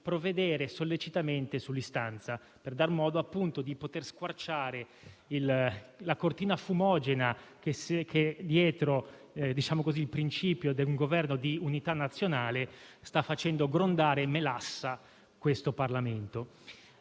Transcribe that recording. provvedere sollecitamente su tale istanza, per dar modo di squarciare la cortina fumogena che, dietro al principio del Governo di unità nazionale, sta facendo grondare melassa da questo Parlamento.